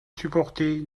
supporter